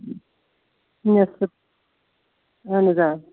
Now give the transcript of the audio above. نٮ۪صف اَہَن حظ آ